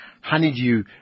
Honeydew